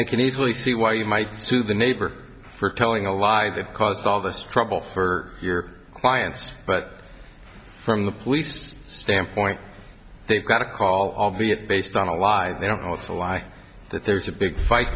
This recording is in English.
i can easily see why you might sue the neighbor for telling a lie that caused all this trouble for your clients but from the police standpoint they got a call albeit based on a lie they don't know it's a lie that there's a big fight